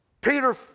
Peter